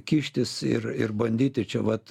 kištis ir ir bandyti čia vat